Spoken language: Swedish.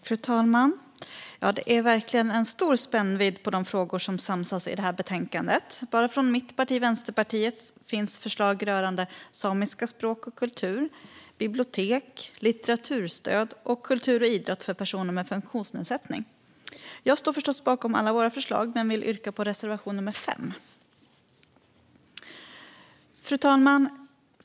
Fru talman! Det finns verkligen en stor spännvidd i de frågor som samsas i det här betänkandet. Bara från mitt parti, Vänsterpartiet, finns förslag rörande samiska språk, samisk kultur, bibliotek, litteraturstöd samt kultur och idrott för personer med funktionsnedsättning. Jag står förstås bakom alla våra förslag men yrkar bifall endast till reservation 5. Fru talman!